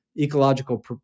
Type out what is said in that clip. ecological